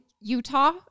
Utah